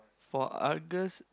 for Argus